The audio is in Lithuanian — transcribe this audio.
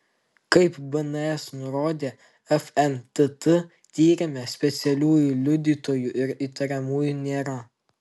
kaip bns nurodė fntt tyrime specialiųjų liudytojų ir įtariamųjų nėra